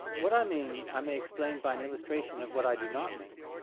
what i mean i may explain by an illustration of what i do not mean.